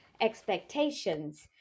expectations